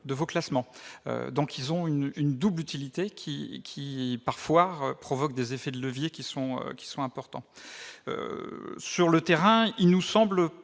de vos classement, donc ils ont une une double utilité qui qui parfois provoque des effets de levier qui sont, qui sont importants, sur le terrain, il nous semble